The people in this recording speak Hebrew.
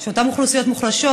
שאותן אוכלוסיות מוחלשות,